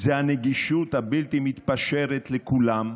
הנגישות הבלתי-מתפשרת לכולם.